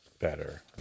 better